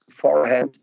forehead